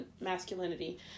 masculinity